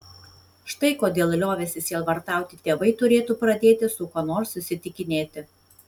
štai kodėl liovęsi sielvartauti tėvai turėtų pradėti su kuo nors susitikinėti